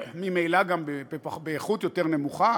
וממילא גם באיכות יותר נמוכה,